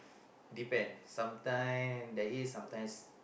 depends sometimes there is sometimes